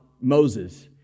Moses